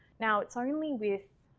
now it's ah only with